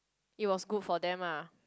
it was good for them ah